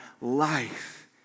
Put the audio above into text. life